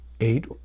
eight